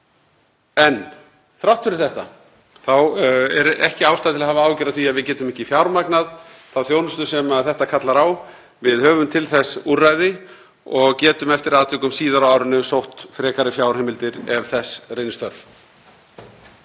En þrátt fyrir þetta er ekki ástæða til að hafa áhyggjur af því að við getum ekki fjármagnað þá þjónustu sem þetta kallar á. Við höfum til þess úrræði og getum eftir atvikum síðar á árinu sótt frekari fjárheimildir ef þess reynist þörf.